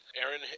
Aaron